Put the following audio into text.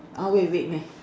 I wait wait wait